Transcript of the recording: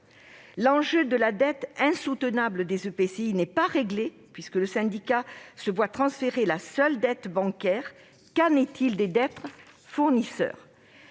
coopération intercommunale, les EPCI, n'est pas réglé, puisque le syndicat se voit transférer la seule dette bancaire : qu'en est-il des dettes fournisseurs ?